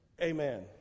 Amen